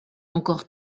encore